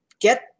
get